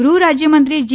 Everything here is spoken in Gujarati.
ગૃહરાજ્ય મંત્રી જી